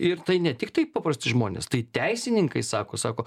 ir tai ne tiktai paprasti žmonės tai teisininkai sako sako